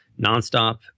nonstop